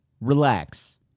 relax